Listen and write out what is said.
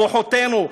כוחותינו.